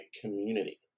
community